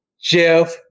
Jeff